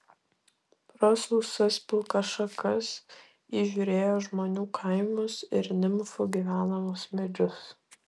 pro sausas pilkas šakas įžiūrėjo žmonių kaimus ir nimfų gyvenamus medžius